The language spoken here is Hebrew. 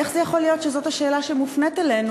איך זה יכול להיות שזאת השאלה שמופנית אלינו?